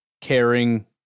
caring